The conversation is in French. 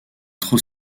trop